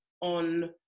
on